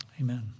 Amen